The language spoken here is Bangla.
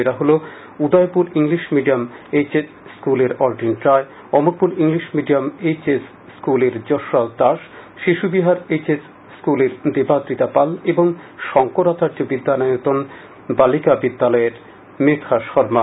এরা হল Udaipur English medium H S স্কুলের Aldrin Roy Amarpur English medium H S স্কুলের যশরাজ দাস শিশুবিহার এইচ এস স্কুলের দেবাদৃতা পাল ও শঙ্করাচার্য বিদ্যায়তন বালিকা বিদ্যালয়ের মেধা শর্মা